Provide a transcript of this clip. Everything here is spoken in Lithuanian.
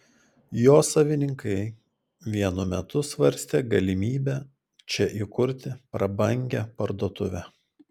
jo savininkai vienu metu svarstė galimybę čia įkurti prabangią parduotuvę